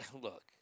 Look